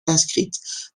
inscrite